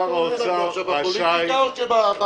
שר האוצר רשאי --- מה, זה פוליטיקה או פיגום.